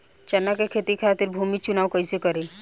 चना के खेती खातिर भूमी चुनाव कईसे करी?